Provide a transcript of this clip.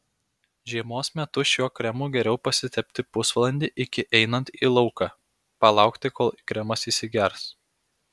žiemos metu šiuo kremu geriau pasitepti pusvalandį iki einant į lauką palaukti kol kremas įsigers